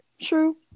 true